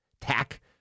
tack